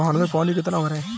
धान में पानी कितना भरें?